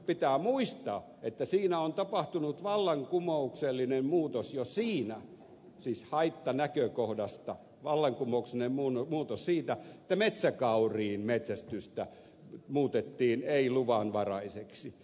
pitää muistaa että siinä on tapahtunut vallankumouksellinen muutos jo siinä siis haittanäkökohdasta että metsäkauriin metsästys muutettiin ei luvanvaraiseksi